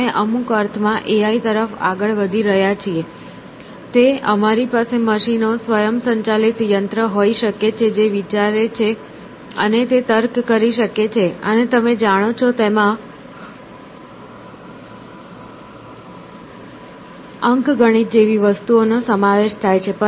આપણે અમુક અર્થમાં એઆઈ તરફ આગળ વધી રહ્યા છીએ તે અમારી પાસે મશીનો સ્વયંસંચાલિત યંત્ર હોઈ શકે છે જે વિચારે છે અને તે તર્ક કરી શકે છે અને તમે જાણો છો જેમાં અંકગણિત જેવી વસ્તુઓનો સમાવેશ થાય છે